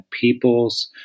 people's